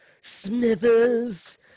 Smithers